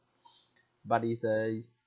but it's a